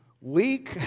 weak